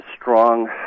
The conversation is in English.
strong